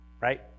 right